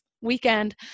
weekend